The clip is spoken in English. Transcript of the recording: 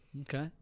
Okay